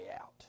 out